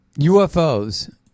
UFOs